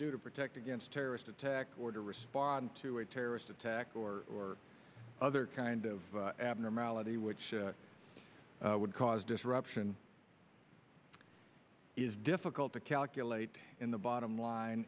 do to protect against terrorist attack or to respond to a terrorist attack or other kind of abnormality which would cause disruption is difficult to calculate in the bottom line